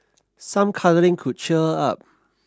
some cuddling could cheer her up